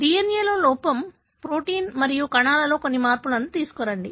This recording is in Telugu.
DNA లో లోపం ప్రోటీన్ మరియు కణాలలో కొన్ని మార్పులను తీసుకురండి